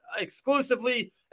exclusively